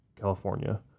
California